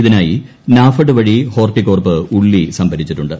ഇതിനായി നാഫെഡ് വഴി ഹോർട്ടികോർപ് ഉള്ളി സംഭരിച്ചിട്ടുണ്ട്